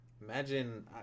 Imagine